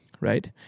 right